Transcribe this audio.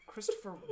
Christopher